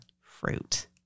fruit